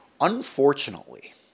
Unfortunately